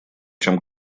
чем